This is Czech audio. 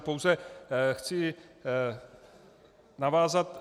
Pouze chci navázat.